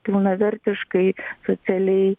pilnavertiškai socialiai